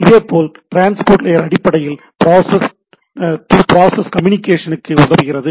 இதேபோல் transport layer அடிப்படையில் process to process communication க்கு உதவுகிறது